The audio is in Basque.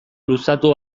luzatu